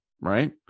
Right